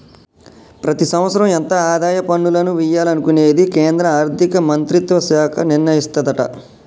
ప్రతి సంవత్సరం ఎంత ఆదాయ పన్నులను వియ్యాలనుకునేది కేంద్రా ఆర్థిక మంత్రిత్వ శాఖ నిర్ణయిస్తదట